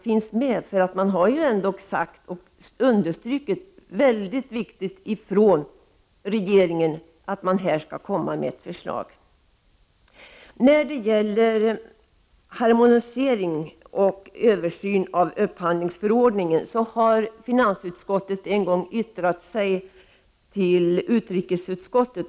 Från regeringens sida har man ändå mycket starkt understrukit att det skall komma förslag. När det gäller harmonisering och översyn av upphandlingsförordningen har finansutskottet en gång lämnat ett yttrande till utrikesutskottet.